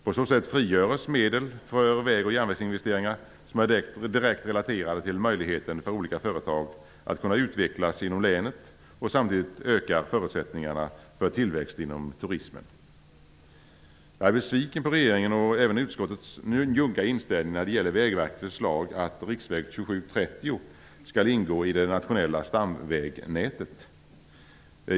På så sätt frigörs medel för väg och järnvägsinvesteringar som är direkt relaterade till möjligheten för olika företag att kunna utvecklas inom länet, och samtidigt ökar förutsättningarna för tillväxt inom turismen. Jag är besviken på regeringens och även utskottets njugga inställning till Vägverkets förslag att riksväg 27/30 skall ingå i det nationella stamvägnätet.